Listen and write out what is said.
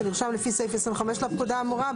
שנרשם לפי סעיף 25 לפקודה האמורה;